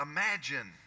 Imagine